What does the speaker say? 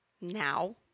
now